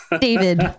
David